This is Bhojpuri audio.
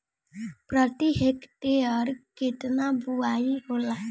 प्रति हेक्टेयर केतना बुआई होला?